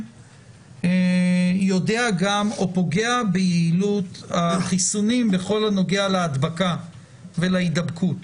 יודע או פוגע ביעילות החיסונים בכל הנוגע להדבקה ולהידבקות.